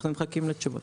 אנחנו מחכים לתשובות.